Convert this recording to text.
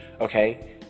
Okay